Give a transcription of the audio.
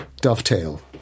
dovetail